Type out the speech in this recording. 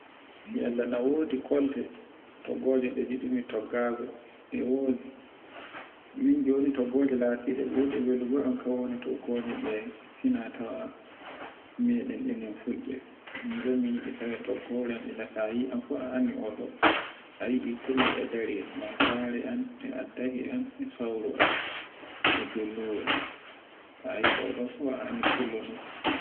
Yalla na wodi kolte, toggoje ɗe ngiɗumi toggagu e wodi. Min jino ko tiggoje latiɗe burgo welgo am, ka woni toggoje ɗe fina tawa meɗen enen fulbe. Min ɗon miyi kawai toggore am illata ta yi'eam fu a anndi o ɗo, a yi'e fullo e dari malfare am, e addahi am, e sauru am, e jolloru am. tayi o ɗo fu a anndi fullo non.